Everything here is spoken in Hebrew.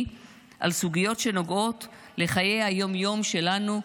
על סוגיות שנוגעות לחיי היום-יום שלנו,